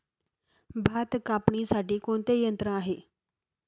भात कापणीसाठी कोणते यंत्र आहे?